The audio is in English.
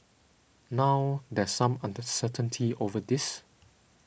now there's some uncertainty over this